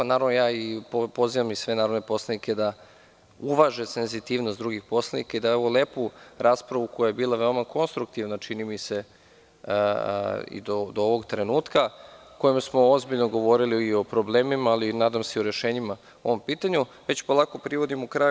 Naravno, pozivam i sve narodne poslanike da uvaže senzitivnost drugih poslanika i da ovu lepu raspravu, koja je bila veoma konstruktivna, čini mi se, do ovog trenutka, u kojoj smo ozbiljno govorili i o problemima, ali nadam se i o rešenjima o ovom pitanju, već polako privodimo kraju.